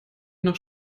nach